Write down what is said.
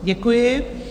Děkuji.